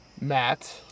Matt